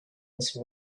his